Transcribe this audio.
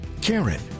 Karen